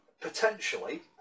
potentially